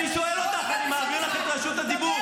אני חושבת שכולם צריכים להתגייס,